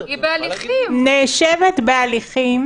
נאשמת בהליכים